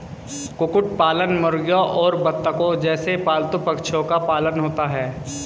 कुक्कुट पालन मुर्गियों और बत्तखों जैसे पालतू पक्षियों का पालन होता है